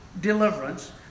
deliverance